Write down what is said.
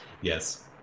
Yes